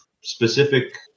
specific